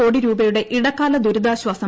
കോടിരൂപയുടെ ഇടക്കാല ദുരിതാശ്വാസം